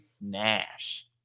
Nash